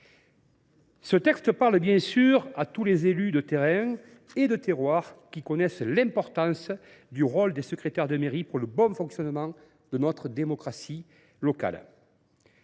Ce texte parle bien sûr à tous les élus de terrain et de terroirs qui connaissent l’importance du rôle des secrétaires de mairie pour le bon fonctionnement de notre démocratie locale.